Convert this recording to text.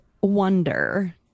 wonder